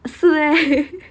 是 meh